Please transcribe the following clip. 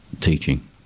teaching